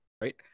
right